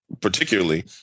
particularly